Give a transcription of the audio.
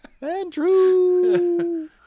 Andrew